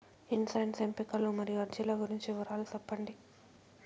insurance ఎంపికలు మరియు అర్జీల గురించి వివరాలు సెప్పండి